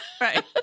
Right